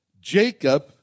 Jacob